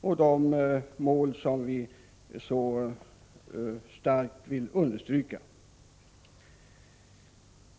Det är mål som vi vill starkt understryka.